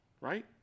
Right